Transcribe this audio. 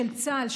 של צה"ל,